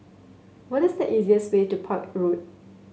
what is the easiest way to Park Road